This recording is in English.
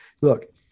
look